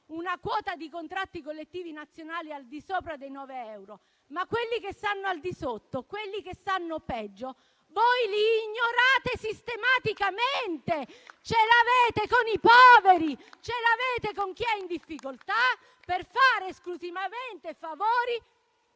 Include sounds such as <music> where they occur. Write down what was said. una quota di contratti collettivi nazionali al di sopra dei 9 euro, ma quelli che stanno al di sotto, quelli che stanno peggio, voi li ignorate sistematicamente. <applause> Ce l'avete con i poveri. Ce l'avete con chi è in difficoltà, per fare esclusivamente favori